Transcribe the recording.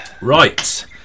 Right